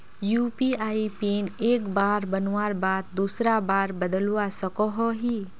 UPI pin एक बार बनवार बाद दूसरा बार बदलवा सकोहो ही?